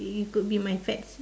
it could be my fats